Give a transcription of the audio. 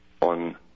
on